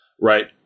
right